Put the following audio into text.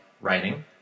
writing